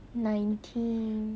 nineteen